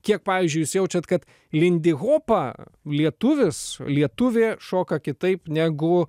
kiek pavyzdžiui jūs jaučiat kad lindihopą lietuvis lietuvė šoka kitaip negu